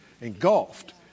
engulfed